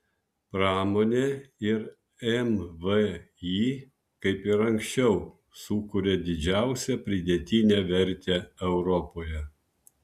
pramonė ir mvį kaip ir anksčiau sukuria didžiausią pridėtinę vertę europoje